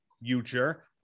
future